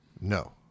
No